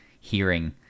hearing